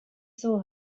saw